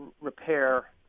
repair